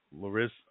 Larissa